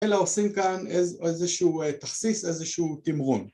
‫אלה עושים כאן איזשהו תכסיס, ‫איזשהו תמרון.